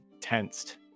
tensed